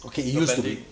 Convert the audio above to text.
the banding ah